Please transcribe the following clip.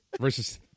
versus